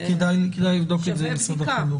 כדאי לבדוק את זה עם משרד החינוך.